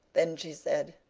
then she said,